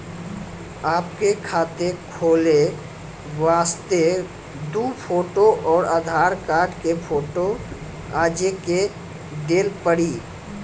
आपके खाते खोले वास्ते दु फोटो और आधार कार्ड के फोटो आजे के देल पड़ी?